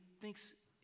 thinks